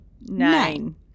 Nine